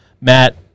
Matt